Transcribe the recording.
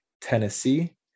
Tennessee